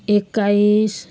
एक्काइस